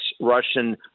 Russian